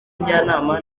njyanama